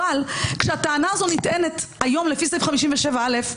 אבל כשהטענה הזאת נטענת היום לפי סעיף 57א,